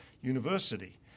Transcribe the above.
university